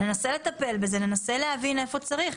ננסה לטפל בזה, ננסה להבין איפה צריך.